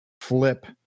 flip